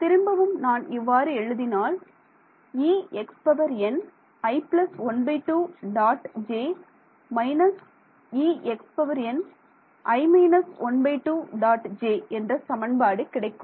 திரும்பவும் நான் இவ்வாறு எழுதினால் என்ற சமன்பாடு கிடைக்கும்